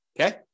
okay